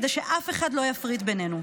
כדי שאף אחד לא יפריד בינינו.